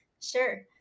Sure